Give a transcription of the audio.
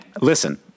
listen